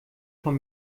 von